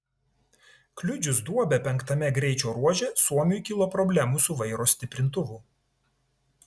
kliudžius duobę penktame greičio ruože suomiui kilo problemų su vairo stiprintuvu